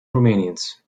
rumäniens